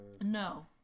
No